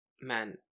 Man